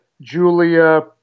Julia